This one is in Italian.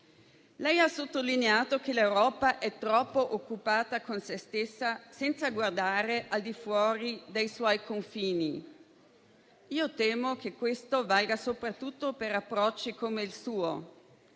Lei ha sottolineato che l'Europa è troppo occupata con sé stessa senza guardare al di fuori dei suoi confini. Io temo che questo valga soprattutto per approcci come il suo.